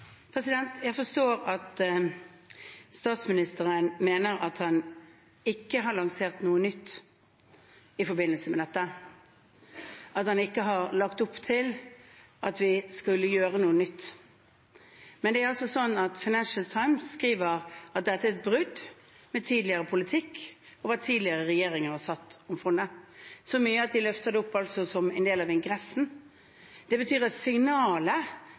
Jeg forstår at statsministeren mener at han ikke har lansert noe nytt i forbindelse med dette, at han ikke har lagt opp til at vi skulle gjøre noe nytt. Men Financial Times skriver altså at dette er et brudd med tidligere politikk og hva tidligere regjeringer har sagt om fondet, så mye at de løfter det opp som en del av ingressen. Det betyr at signalet